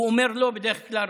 הוא אומר לא בדרך כלל,